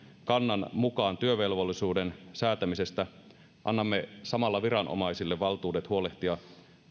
kannan mukaan työvelvollisuuden säätämistä annamme samalla viranomaisille valtuudet huolehtia